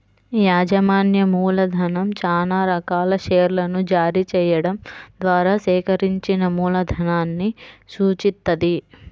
యాజమాన్య మూలధనం చానా రకాల షేర్లను జారీ చెయ్యడం ద్వారా సేకరించిన మూలధనాన్ని సూచిత్తది